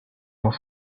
dans